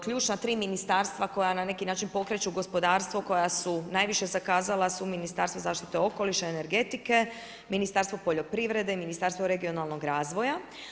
Ključna tri ministarstva koja na neki način pokreću gospodarstvo koja su najviše zakazala su Ministarstvo zaštite okoliša i energetike, Ministarstvo poljoprivrede, Ministarstvo regionalnog razvoja.